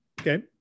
okay